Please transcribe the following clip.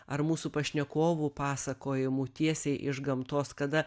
ar mūsų pašnekovų pasakojimų tiesiai iš gamtos kada